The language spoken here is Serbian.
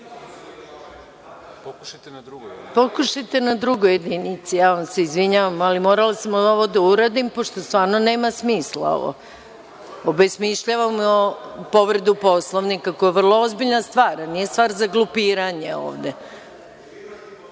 Pokušajte na drugoj jedinici. Ja vam se izvinjavam, ali morala sam ovo da uradim pošto stvarno nema smisla. Obesmišljavamo povredu Poslovnika koja je vrlo ozbiljna stvar, a nije stvar za glupiranje